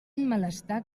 malestar